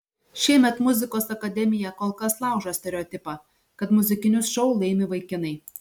šiemet muzikos akademija kol kas laužo stereotipą kad muzikinius šou laimi vaikinai